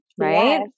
right